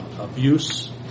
abuse